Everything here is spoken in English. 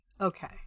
Okay